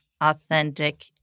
authentic